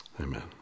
Amen